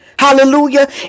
Hallelujah